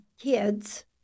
kids